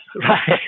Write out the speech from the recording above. right